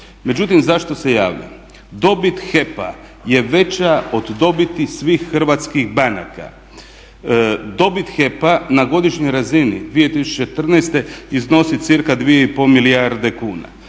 Međutim, zašto se javlja. Dobit HEP-a je veća od dobiti svih hrvatskih banaka. Dobit HEP-a na godišnjoj razini 2014. iznosi cca. 2,5 milijarde kuna.